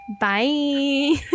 bye